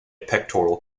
pectoral